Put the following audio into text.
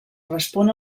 respon